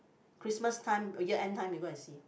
Christmas time year end time you go and see